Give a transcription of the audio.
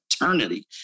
Eternity